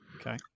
Okay